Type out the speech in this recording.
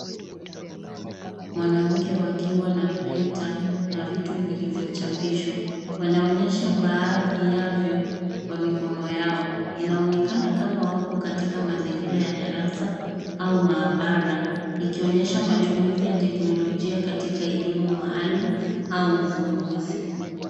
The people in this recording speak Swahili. Mwanamke wakiwa na printer [ca] na vitu viliyochapishwa. Wanaonyesha baadhi yavyo kwa mikono yao. Inaonekana kama wako katika mazingira ya darasa au maabara, ikionyesha matumizi ya teknolojia katika elimu maalum au uvumbuzi.